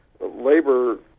labor